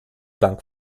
bank